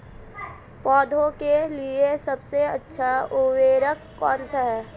पौधों के लिए सबसे अच्छा उर्वरक कौनसा हैं?